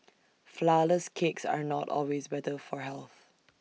Flourless Cakes are not always better for health